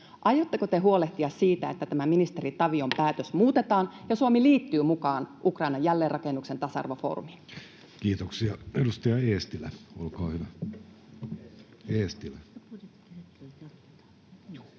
aiotteko te huolehtia siitä, että tämä ministeri Tavion päätös muutetaan ja Suomi liittyy mukaan Ukrainan jälleenrakennuksen tasa-arvofoorumiin? [Speech 173] Speaker: Jussi Halla-aho Party: N/A